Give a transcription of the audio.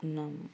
ఉన్నాను